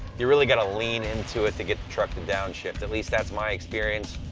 you've really got to lean into it to get the truck to downshift, at least that's my experience.